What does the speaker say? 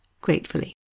gratefully